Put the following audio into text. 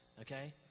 okay